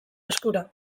eskura